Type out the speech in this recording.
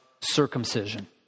circumcision